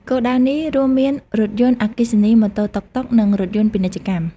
គោលដៅនេះរួមមានរថយន្តអគ្គិសនី ម៉ូតូ តុកតុក និងរថយន្តពាណិជ្ជកម្ម។